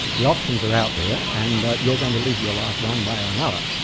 the options are out there, and you're going to live your life one way or another.